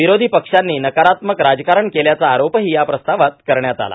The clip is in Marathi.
विरोधी पक्षांनी नकारात्मक राजकारण केल्याचा आरोपही याप्रस्तावात करण्यात आला